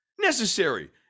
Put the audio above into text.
necessary